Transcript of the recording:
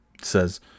says